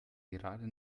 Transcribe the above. gerade